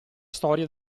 storia